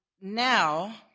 now